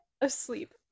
asleep